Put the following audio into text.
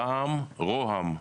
רע"מ, רה"מ.